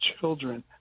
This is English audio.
children